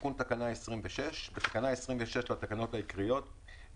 תיקון תקנה 1 1. בתקנות סמכויות מיוחדות